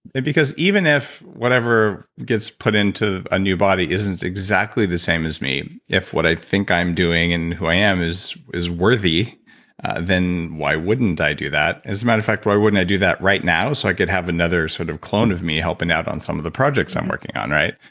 and because even if whatever gets put into a new body isn't exactly the same as me. if what i think i'm doing and who i am is is worthy then why wouldn't i do that. as a matter of fact, why wouldn't i do that right now so i could have another sort of clone of me helping out on some of the projects i'm working on, right?